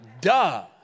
duh